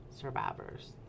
Survivors